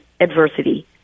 adversity